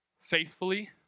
faithfully